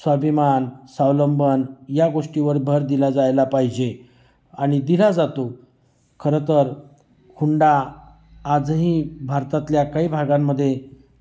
स्वाभिमान स्वावलंबन या गोष्टीवर भर दिला जायला पाहिजे आणि दिला जातो खरंंतर हुंडा आजही भारतातल्या काही भागांमध्ये